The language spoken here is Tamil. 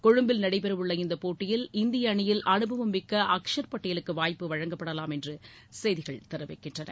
கொழும்பில் நடைபெறவுள்ள இந்தப் போட்டியில் இந்திய அணியில் அனுபவம் மிக்க அக்ஸர் பட்டேலுக்கு வாய்ப்பு வழங்கப்படலாம் என்று செய்திகள் தெரிவிக்கின்றன